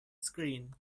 screen